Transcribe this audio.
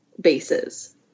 bases